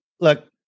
Look